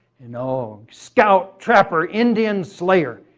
and oh scout, trapper, indian slayer!